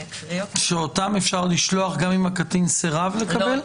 שאותם אפשר לשלוח גם אם הקטין סרב לקבל?